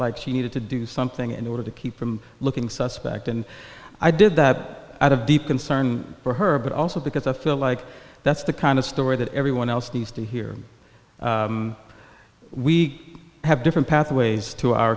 like she needed to do something in order to keep from looking suspect and i did that out of deep concern for her but also because i feel like that's the kind of story that everyone else needs to hear we have different pathways to our